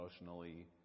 emotionally